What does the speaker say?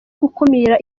gukumira